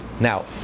now